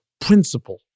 principle